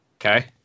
Okay